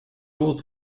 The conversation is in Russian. вот